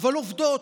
אבל עובדות.